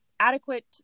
Adequate